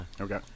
Okay